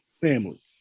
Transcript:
family